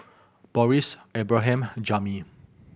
Boris Abraham Jami